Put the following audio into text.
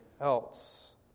else